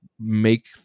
make